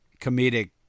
comedic